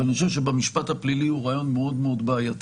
אבל אני חושב שבמשפט הפלילי הוא רעיון מאוד מאוד בעייתי.